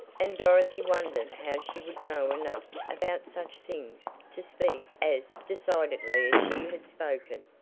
and dorothy wondered how she would know enough about such things to speak as decidedly as she had spoken.